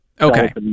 Okay